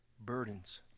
burdens